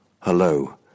hello